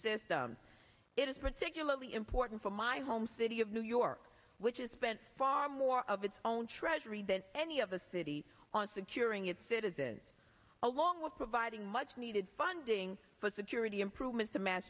system it is particularly important for my home city of new york which is spent far more of its own treasury didn't any of a city on securing its citizens along with providing much needed funding for security improvements the mass